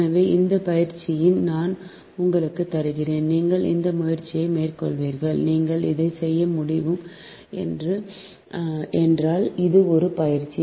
எனவே இந்த பயிற்சியை நான் உங்களுக்கு தருகிறேன் நீங்கள் இந்த பயிற்சியை மேற்கொள்வீர்கள் நீங்களே இதை செய்ய முடியும் என்றால் இது ஒரு பயிற்சி